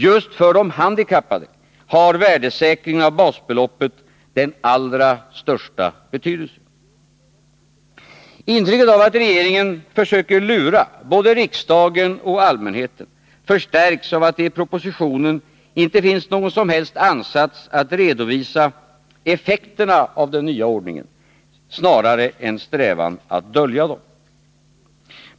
Just för de handikappade har värdesäkringen av basbeloppet den allra största Intrycket av att regeringen försöker lura både riksdagen och allmänheten förstärks av att det i propositionen inte finns någon som helst ansats att redovisa effekterna av den nya ordningen, snarare en strävan att dölja dem.